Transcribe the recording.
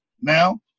Now